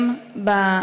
(תשמע,